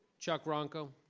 chuck ronco.